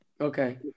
Okay